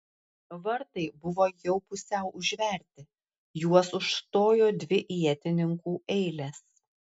vartai buvo jau pusiau užverti juos užstojo dvi ietininkų eilės